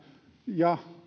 ja